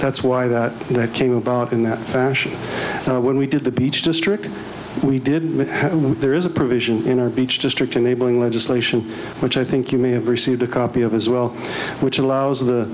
that's why that that came about in that fashion when we did the beach district we did there is a provision in our beach district enabling legislation which i think you may have received a copy of as well which allows the